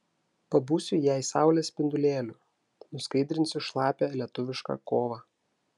pabūsiu jai saulės spindulėliu nuskaidrinsiu šlapią lietuvišką kovą